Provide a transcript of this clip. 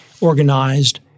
organized